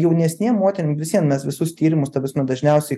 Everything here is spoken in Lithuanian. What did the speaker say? jaunesnėm moterim vis vien mes visus tyrimus ta prasme dažniausiai